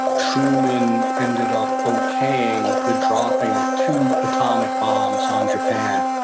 truman ended up okaying the dropping of two atomic bombs on japan,